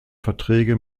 verträge